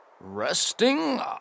Resting